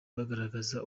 bagaragaza